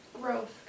Growth